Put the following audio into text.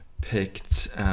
picked